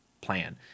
plan